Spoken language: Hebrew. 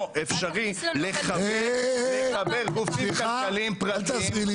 לא אפשרי לחבר גופים כלכליים פרטיים --- אל תכניס לנו --- סליחה,